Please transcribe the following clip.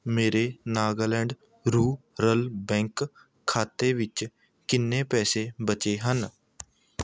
ਮੇਰੇ Nagaland rural bank ਖਾਤੇ ਵਿੱਚ ਕਿੰਨੇ ਪੈਸੇ ਬਚੇ ਹਨ